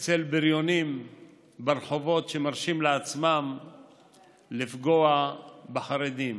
אצל בריונים ברחובות, שמרשים לעצמם לפגוע בחרדים.